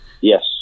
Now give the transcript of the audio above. yes